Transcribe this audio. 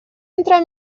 entre